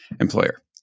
employer